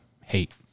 hate